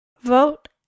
Vote